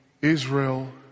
Israel